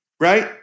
right